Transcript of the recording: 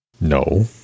No